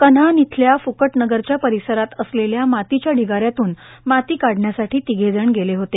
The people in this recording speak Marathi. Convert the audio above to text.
कन्हान येथील फुकटनगरच्या परिसरात असलेल्या मातीच्या ढिगाऱ्यातून माती काढण्यासाठी तिघेजण गेले होते